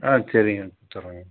ஆ சரிங்க கொடுத்துறேங்க